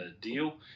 deal